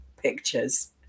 pictures